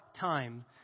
time